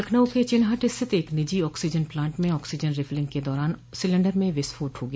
लखनऊ के चिनहट स्थित एक निजी ऑक्सीजन प्लांट में ऑक्सीजन रिफलिंग के दौरान सिलेन्डर में विस्फोट हो गया